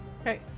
Okay